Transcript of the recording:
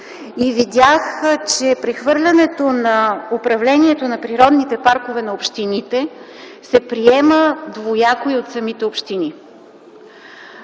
и видях, че прехвърлянето на управлението на природните паркове на общините се приема двояко и от самите общини.